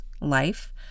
life